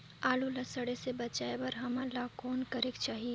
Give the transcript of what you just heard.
आलू ला सड़े से बचाये बर हमन ला कौन करेके चाही?